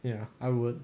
ya I would